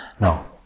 No